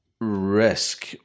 risk